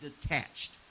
detached